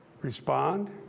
respond